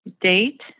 date